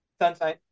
Sunshine